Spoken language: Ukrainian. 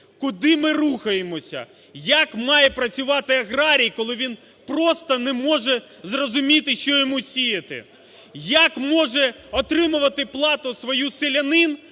куди ми рухаємося, як має працювати аграрій, коли він просто не може зрозуміти що йому сіяти, як може отримувати плату свою селянин,